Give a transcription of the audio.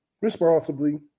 Responsibly